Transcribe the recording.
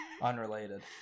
unrelated